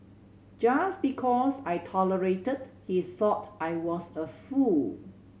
just because I tolerated he thought I was a fool